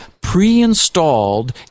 pre-installed